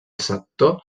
sector